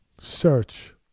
search